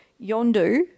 Yondu